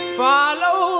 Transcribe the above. follow